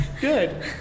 good